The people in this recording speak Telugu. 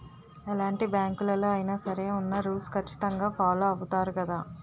ఎలాంటి బ్యాంకులలో అయినా సరే ఉన్న రూల్స్ ఖచ్చితంగా ఫాలో అవుతారు గదా